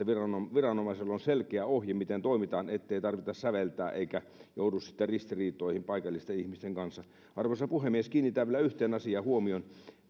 viranomaisella on selkeä ohje miten toimitaan ettei tarvitse säveltää eikä jouduta sitten ristiriitoihin paikallisten ihmisten kanssa arvoisa puhemies kiinnitän vielä yhteen asiaan huomion